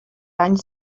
anys